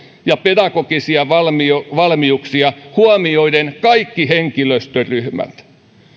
ja pedagogisia valmiuksia valmiuksia huomioiden kaikki henkilöstöryhmät